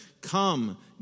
Come